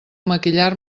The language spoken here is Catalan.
maquillar